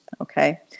Okay